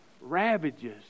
ravages